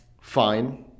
Fine